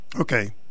Okay